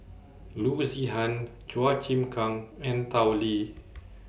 Loo Zihan Chua Chim Kang and Tao Li